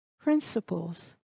principles